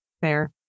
Fair